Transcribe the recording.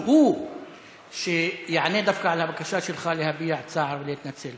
הוא-הוא שיענה דווקא על הבקשה שלך להביע צער ולהתנצל.